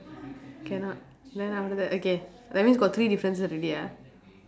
cannot then after that okay that means got three differences already ah